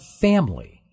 family